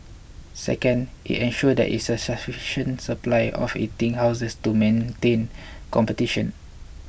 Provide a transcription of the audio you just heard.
second it ensures there is a sufficient supply of eating houses to maintain competition